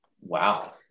Wow